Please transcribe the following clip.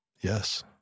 Yes